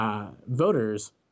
voters